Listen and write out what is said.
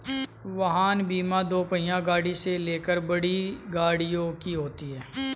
वाहन बीमा दोपहिया गाड़ी से लेकर बड़ी गाड़ियों की होती है